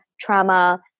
trauma